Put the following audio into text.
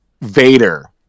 Vader